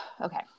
Okay